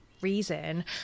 reason